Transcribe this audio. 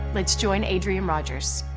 let's join adrain rogers.